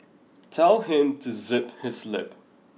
tell him to zip his lip